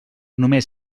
només